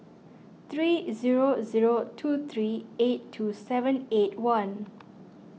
three zero zero two three eight two seven eight one